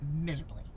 miserably